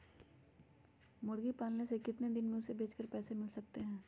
मुर्गी पालने से कितने दिन में हमें उसे बेचकर पैसे मिल सकते हैं?